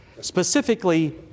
Specifically